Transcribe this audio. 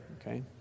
okay